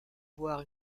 voir